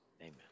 amen